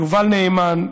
יובל נאמן,